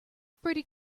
pretty